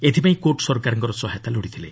ଏଥିପାଇଁ କୋର୍ଟ ସରକାରଙ୍କର ସହାୟତା ଲୋଡ଼ିଥିଲେ